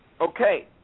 Okay